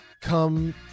come